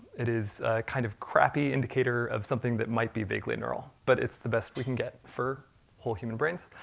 it is a kind of crappy indicator of something that might be vaguely neural, but it's the best we can get for whole human brains.